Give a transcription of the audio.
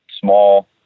small